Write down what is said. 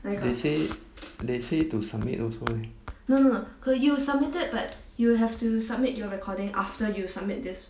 they say they say to submit also eh